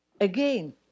again